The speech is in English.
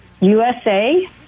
USA